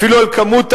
אפילו על כמות הפליטים,